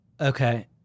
Okay